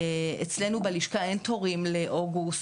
אצלנו בלשכה אין תורים לאוגוסט,